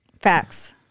Facts